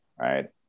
Right